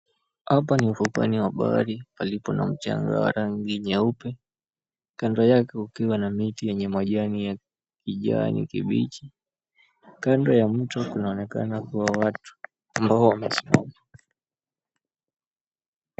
Hapa ni ufukweni wa bahari palipo na mchanga wa rangi nyeupe. Kando yake kukiwa na miti yenye majani ya kijani kibichi. Kando ya mto kunaonekana watu ambao wamesimama.